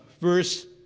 verse